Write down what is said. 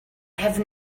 have